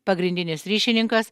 pagrindinis ryšininkas